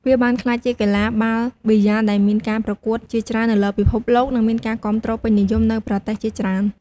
វាបានក្លាយជាកីឡាបាល់ប៊ីយ៉ាលដែលមានការប្រកួតជាច្រើននៅលើពិភពលោក និងមានការគាំទ្រពេញនិយមនៅប្រទេសជាច្រើន។